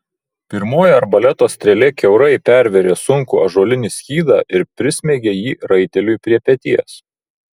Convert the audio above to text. pirmoji arbaleto strėlė kiaurai pervėrė sunkų ąžuolinį skydą ir prismeigė jį raiteliui prie peties